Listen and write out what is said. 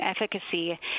efficacy